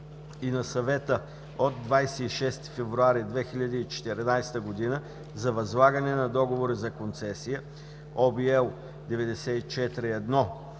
и на Съвета от 26 февруари 2014 г. за възлагане на договори за концесия (ОВ, L 94/1